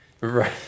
Right